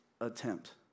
attempt